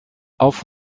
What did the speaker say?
auf